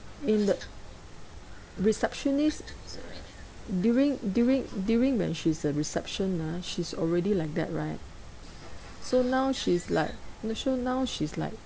in the receptionist during during during when she's a reception ah she's already like that right so now she's like no so now she's like